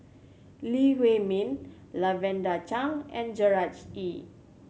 Lee Huei Min Lavender Chang and Gerard Ee